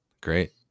great